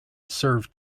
served